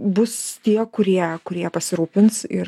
bus tie kurie kurie pasirūpins ir